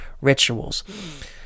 rituals